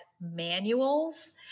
manuals